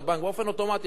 הם לא צריכים לפנות אלינו,